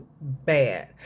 bad